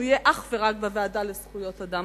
הוא יהיה אך ורק בוועדה לזכויות האדם.